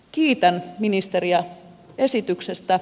kiitän ministeriä esityksestä